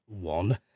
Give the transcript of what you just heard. one